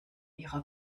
ihrer